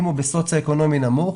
אם הוא בסוציו אקונומי נמוך,